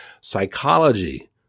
psychology